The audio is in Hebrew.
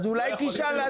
אז אולי תשאל,